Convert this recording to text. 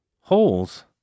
holes